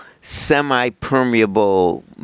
semi-permeable